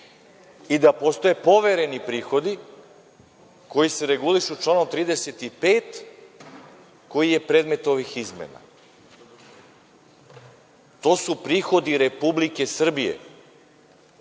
i da postoje povereni prihodi koji se regulišu članom 35, koji je predmet ovih izmena. To su prihodi Republike Srbije,